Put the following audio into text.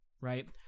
right